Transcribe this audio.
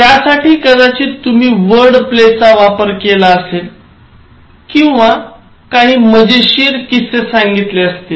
त्यासाठी कदाचित तुम्ही वर्ड प्लेचा वापर केला असेल किंवा काही मजेशीर किस्से सांगितले असतील